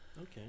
Okay